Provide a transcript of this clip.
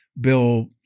bill